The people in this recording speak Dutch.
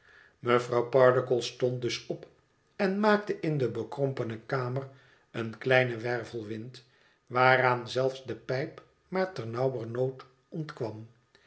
mevrouw pardiggle stond dus op en maakte in de bekrompene kamer een kleinen wervelwind waaraan zelfs de pijp maar ternauwernood ontkwam